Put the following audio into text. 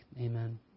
Amen